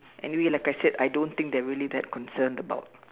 anyway like I said I don't think they are really that concerned about